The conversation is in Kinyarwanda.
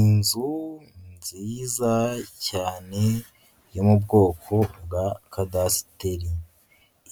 Inzu nziza cyane yo mu bwoko bwa kadasiteri,